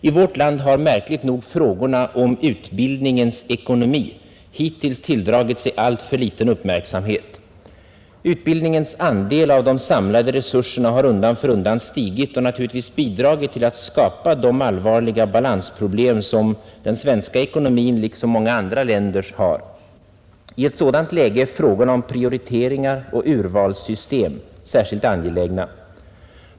I vårt land har, märkligt nog, frågorna om utbildningens ekonomi hittills tilldragit sig mycket liten uppmärksamhet. Utbildningens andel av de samlade resurserna har undan för undan stigit och naturligtvis bidragit till att skapa de allvarliga balansproblem som den svenska ekonomin, liksom många andra länders, har. I ett sådant läge är frågorna om prioriteringar och urvalssystem särskilt angelägna.